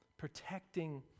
protecting